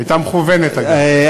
היא הייתה מכוונת, אגב.